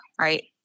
right